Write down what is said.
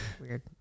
Weird